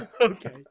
Okay